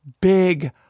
big